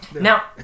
Now